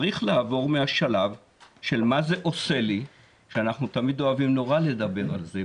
צריך לעבור מהשלב של מה זה עושה לי שאנחנו תמיד אוהבים נורא לדבר על זה,